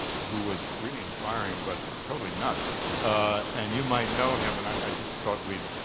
who was really inspiring but totally nuts and you might know him and i just thought we'd